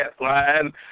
line